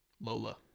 Lola